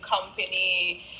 company